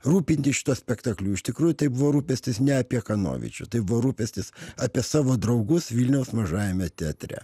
rūpintis šituo spektakliu iš tikrųjų tai buvo rūpestis ne apie kanovičių tai buvo rūpestis apie savo draugus vilniaus mažajame teatre